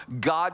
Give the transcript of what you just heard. God